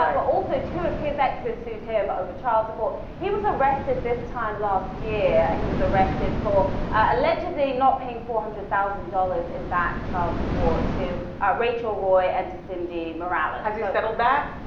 um but also two of his exes sued him over child support. he was arrested this time last year, he was arrested for allegedly not paying four hundred thousand dollars in back child support to rachel roy and to cindy morales. has he settled that?